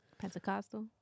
Pentecostal